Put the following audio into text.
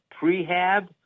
prehab